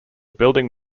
building